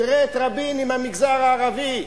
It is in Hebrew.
תראה את רבין עם המגזר הערבי.